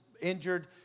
injured